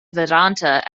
vedanta